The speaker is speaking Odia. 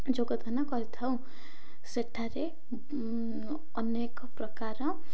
ଯୋଗଦାନ କରିଥାଉ ସେଠାରେ ଅନେକ ପ୍ରକାର